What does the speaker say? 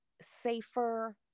safer